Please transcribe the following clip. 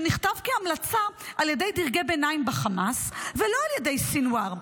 שנכתב כהמלצה על ידי דרגי ביניים בחמאס ולא על ידי סנוואר".